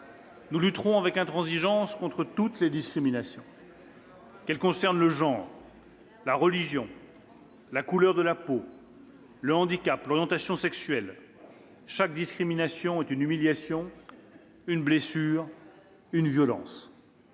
Nous lutterons avec intransigeance contre toutes les discriminations. « Qu'elle concerne le genre, la religion, la couleur de la peau, le handicap, l'orientation sexuelle, chaque discrimination est une humiliation, une blessure, une violence.